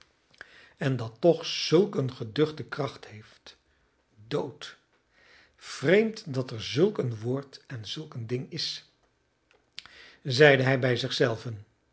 en dat toch zulk een geduchte kracht heeft dood vreemd dat er zulk een woord en zulk een ding is zeide hij bij